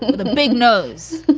the big nose.